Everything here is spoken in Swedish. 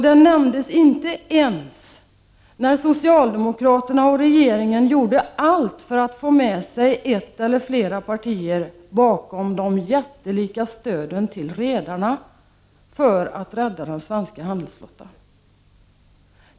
Det nämndes inte ens när socialdemokraterna och regeringen gjorde allt för att få med sig ett eller flera partier bakom de jättelika stöden till redarna för att rädda den svenska handelsflottan.